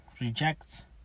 rejects